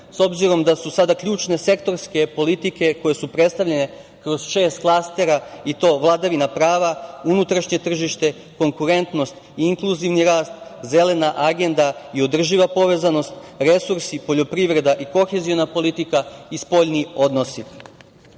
s obzirom da su sada ključne sektorske politike koje su predstavljene kroz šest klastera i to: vladavina prava, unutrašnje tržište, konkurentnost i inkluzivni rast, zelena agenda i održiva povezanost, resursi i poljoprivreda i koheziona politika i spoljni odnosi